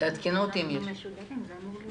בינתיים אנחנו מתקדמים.